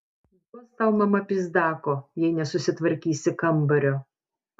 duos tau mama pyzdako jei nesusitvarkysi kambario